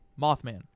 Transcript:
Mothman